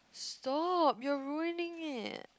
stop you're ruining it